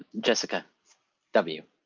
jessica w.